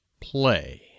play